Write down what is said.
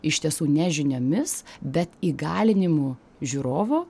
iš tiesų ne žiniomis bet įgalinimu žiūrovo